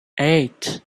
eight